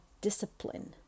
discipline